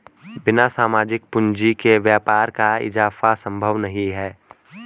बिना सामाजिक पूंजी के व्यापार का इजाफा संभव नहीं है